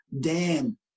Dan